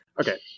Okay